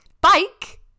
bike